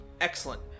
Excellent